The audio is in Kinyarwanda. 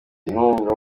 inkunga